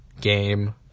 game